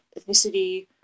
ethnicity